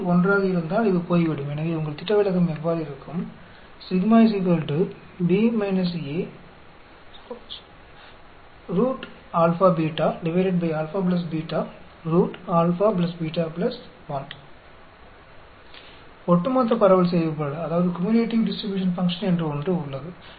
B 1 ஆக இருந்தால் இது போய்விடும் எனவே உங்கள் திட்டவிலக்கம் இவ்வாறு இருக்கும் ஒட்டுமொத்த பரவல் செயல்பாடு என்று ஒன்று உள்ளது